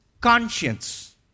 conscience